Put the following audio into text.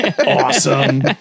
Awesome